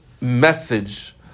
message